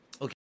Okay